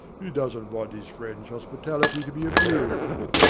he doesn't want his friend's hospitality to be abused.